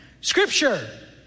Scripture